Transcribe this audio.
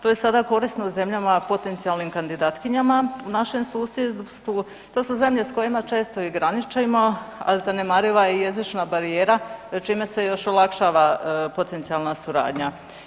To je sada korisno zemljama potencijalnim kandidatkinjama u našim susjedstvu, to su zemlje s kojima često i graničimo, a zanemariva je i jezična barijera, čime se još olakšava potencijalna suradnja.